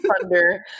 thunder